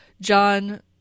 John